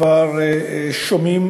כבר שומעים